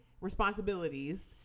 responsibilities